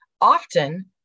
often